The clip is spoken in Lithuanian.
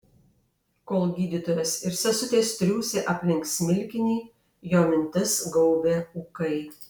kol gydytojas ir sesutės triūsė aplink smilkinį jo mintis gaubė ūkai